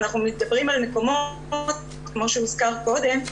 אנחנו מדברים על מקומות כמו שהוזכר קודם,